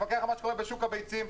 לפקח על מה שקורה בשוק הביצים.